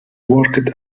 worked